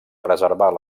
preservar